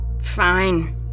Fine